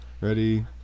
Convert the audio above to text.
Ready